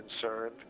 concerned